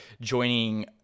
joining